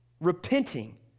repenting